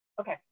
okay